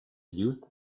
used